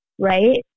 right